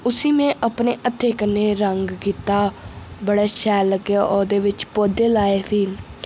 उसी में अपने हत्थें कन्नै रंग कीत्ता बड़ा शैल लग्गेआ